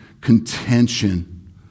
contention